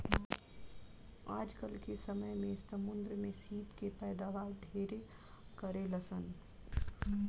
आजकल के समय में समुंद्र में सीप के पैदावार ढेरे करेलसन